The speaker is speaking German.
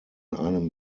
einem